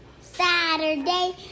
Saturday